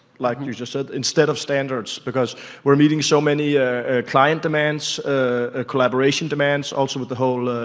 like you just said, instead of standards. because we're meeting so many ah client demands, ah collaboration demands also with the whole